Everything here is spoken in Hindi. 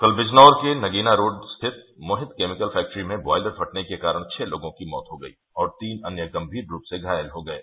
कल बिजनौर के नगीना रोड स्थित मोहित केमिकल फैक्ट्री में ब्वायलर फटने के कारण छह लोगों की मौत हो गई और तीन अन्य गंभीर रूप से घायल हो गये